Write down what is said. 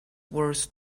worth